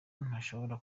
ntashobora